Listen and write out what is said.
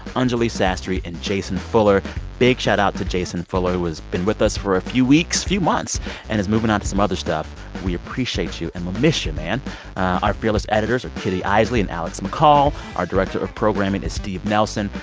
anjuli sastry and jason fuller big shout out to jason fuller, who has been with us for a few weeks few months and is moving on to some other stuff. we appreciate you and we'll miss you, man. and our fearless editors are kitty eisele and alex mccall. our director of programming is steve nelson.